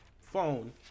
phone